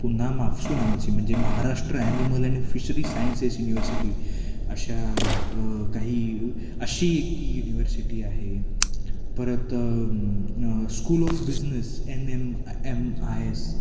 पुन्हा मापसू नावाची म्हणजे Maharashtra animal and fishery sciences university अशा काही अशी एक युनिव्हर्सिटी आहे परत school of business N M M I स